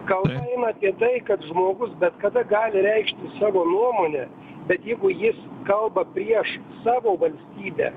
kalba eina apie tai kad žmogus bet kada gali reikšti savo nuomonę bet jeigu jis kalba prieš savo valstybę